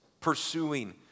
pursuing